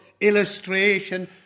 illustration